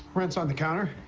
rent's on the counter.